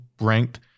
ranked